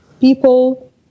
people